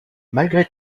malgré